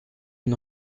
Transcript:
une